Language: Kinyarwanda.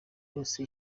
yose